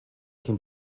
cyn